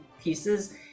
pieces